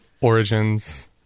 origins